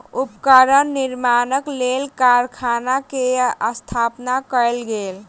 उपकरण निर्माणक लेल कारखाना के स्थापना कयल गेल